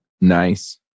Nice